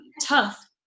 tough